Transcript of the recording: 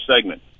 segment